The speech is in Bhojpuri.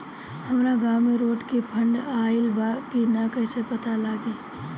हमरा गांव मे रोड के फन्ड आइल बा कि ना कैसे पता लागि?